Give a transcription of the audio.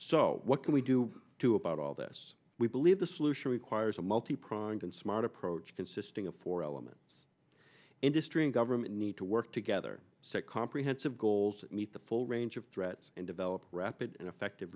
so what can we do to about all this we believe the solution requires a multi pronged and smart approach consisting of four elements industry and government need to work together said comprehensive goals meet the full range of threats and develop rapid and effective